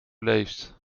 leest